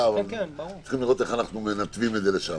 אבל צריך לראות איך אנחנו מנתבים את זה לשם.